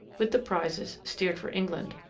with the prizes, steered for england.